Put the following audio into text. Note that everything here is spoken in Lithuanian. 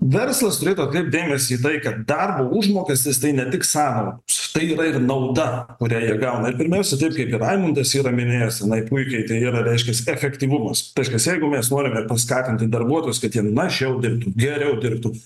verslas turėtų atkrept dėmesį į tai kad darbo užmokestis tai ne tik sąnaudos tai yra ir nauda kurią jie gauna ir pirmiausia taip kaip ir raimundas yra minėjęs tenai puikiai tai yra reiškias efektyvumas reiškias jeigu mes norime paskatinti darbuotojus kad jiems našiau dirbtų geriau dirbtų